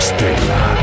Stella